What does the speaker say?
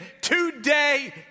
today